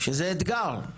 שזה אתגר.